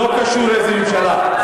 רגע, לא קשור איזו ממשלה.